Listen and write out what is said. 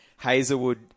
Hazelwood